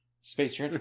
Space